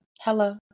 Hello